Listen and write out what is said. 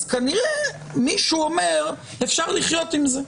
אז כנראה שמישהו אומר שאפשר לחיות עם זה,